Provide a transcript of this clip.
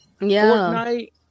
Fortnite